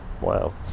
Wow